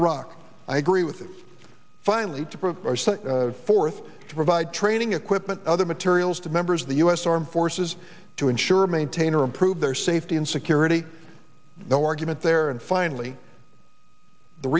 iraq i agree with him finally to prove forth to provide training equipment other materials to members of the u s armed forces to ensure maintain or improve their safety and security no argument there and finally the